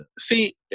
See